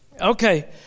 Okay